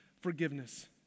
forgiveness